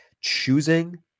choosing